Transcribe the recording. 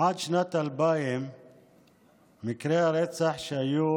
עד שנת 2000 מקרי הרצח שהיו